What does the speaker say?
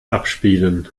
abspielen